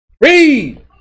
Read